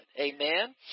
amen